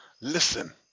Listen